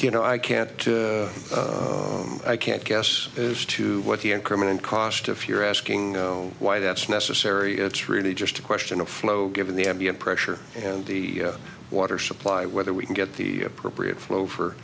you know i can't i can't guess as to what the increment cost if you're asking why that's necessary it's really just a question of flow given the ambient pressure and the water supply whether we can get the appropriate flow for